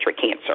cancer